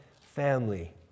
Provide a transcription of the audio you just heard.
family